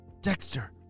Dexter